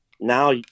Now